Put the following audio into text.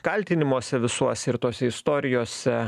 kaltinimuose visuose ir tose istorijose